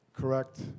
correct